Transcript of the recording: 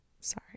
Sorry